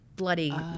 Bloody